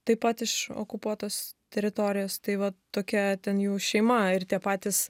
taip pat iš okupuotos teritorijos tai vat tokia ten jų šeima ir tie patys